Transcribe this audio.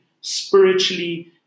spiritually